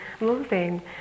moving